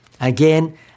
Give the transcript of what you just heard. Again